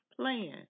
plan